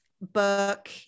book